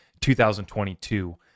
2022